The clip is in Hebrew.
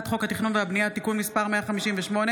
יוליה מלינובסקי וחמד עמאר,